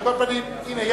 הנה,